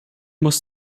muss